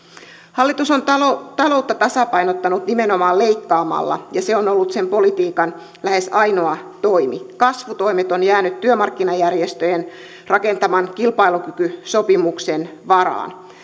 hallitus on taloutta taloutta tasapainottanut nimenomaan leikkaamalla ja se on ollut sen politiikan lähes ainoa toimi kasvutoimet ovat jääneet työmarkkinajärjestöjen rakentaman kilpailukykysopimuksen varaan